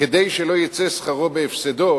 כדי שלא יצא שכרו בהפסדו,